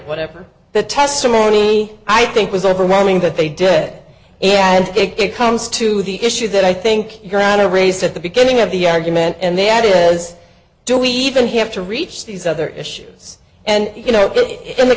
whatever the testimony i think was overwhelming that they did and it comes to the issue that i think you're out a race at the beginning of the argument and they had it was do we even have to reach these other issues and you know that in the